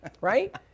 Right